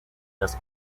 has